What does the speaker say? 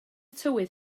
tywydd